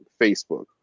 Facebook